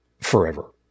forever